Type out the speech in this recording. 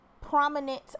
prominent